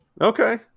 okay